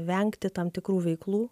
vengti tam tikrų veiklų